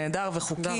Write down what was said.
נהדר וחוקי,